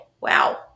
Wow